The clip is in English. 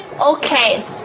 Okay